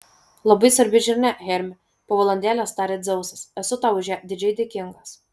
labai svarbi žinia hermi po valandėlės tarė dzeusas esu tau už ją didžiai dėkingas